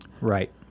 Right